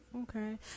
okay